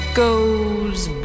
goes